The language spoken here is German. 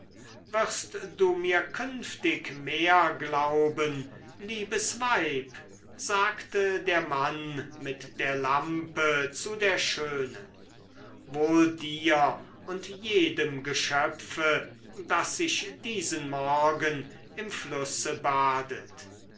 wirst du mir künftig mehr glauben liebes weib sagte der mann mit der lampe zu der schönen wohl dir und jedem geschöpfe das sich diesen morgen im flusse badet